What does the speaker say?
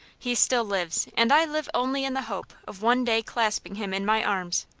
he still lives, and i live only in the hope of one day clasping him in my arms.